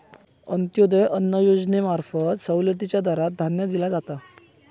अंत्योदय अन्न योजनेंमार्फत सवलतीच्या दरात धान्य दिला जाता